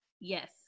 yes